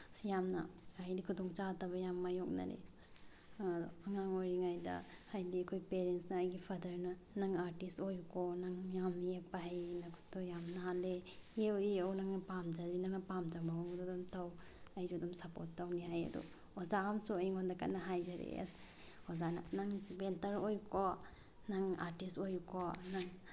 ꯁꯤ ꯌꯥꯝꯅ ꯍꯥꯏꯗꯤ ꯈꯨꯗꯣꯡꯆꯥꯗꯕ ꯌꯥꯝ ꯃꯥꯏꯌꯣꯛꯅꯔꯦ ꯑꯉꯥꯡ ꯑꯣꯏꯔꯤꯉꯩꯗ ꯍꯥꯏꯗꯤ ꯑꯩꯈꯣꯏ ꯄꯦꯔꯦꯟꯁꯅ ꯑꯩꯒꯤ ꯐꯥꯗꯔꯅ ꯅꯪ ꯑꯥꯔꯇꯤꯁ ꯑꯣꯏꯌꯨꯀꯣ ꯅꯪ ꯌꯥꯝꯅ ꯌꯦꯛꯄ ꯍꯩ ꯅꯈꯨꯠꯇꯨ ꯌꯥꯝ ꯅꯥꯜꯂꯦ ꯌꯦꯛꯎ ꯌꯦꯛꯎ ꯅꯪꯅ ꯄꯥꯝꯖꯔꯗꯤ ꯅꯪꯅ ꯄꯥꯝꯖ ꯃꯑꯣꯡꯗꯨ ꯑꯗꯨꯝ ꯇꯧ ꯑꯩꯁꯨ ꯑꯗꯨꯝ ꯁꯄꯣꯔꯠ ꯇꯧꯅꯤ ꯍꯥꯏ ꯑꯗꯨ ꯑꯣꯖꯥ ꯑꯃꯁꯨ ꯑꯩꯉꯣꯟꯗ ꯀꯟꯅ ꯍꯥꯏꯖꯔꯛꯑꯦ ꯑꯁ ꯑꯣꯖꯥꯅ ꯅꯪ ꯄꯦꯟꯇꯔ ꯑꯣꯏꯌꯨꯀꯣ ꯅꯪ ꯑꯥꯔꯇꯤꯁ ꯑꯣꯏꯌꯨꯀꯣ ꯅꯪ